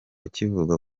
kivuga